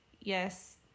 yes